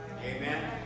Amen